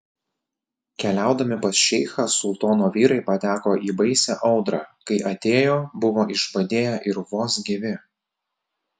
keliaudami pas šeichą sultono vyrai pateko į baisią audrą kai atėjo buvo išbadėję ir vos gyvi